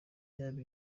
yaba